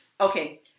Okay